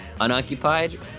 unoccupied